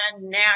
now